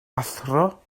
athro